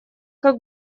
как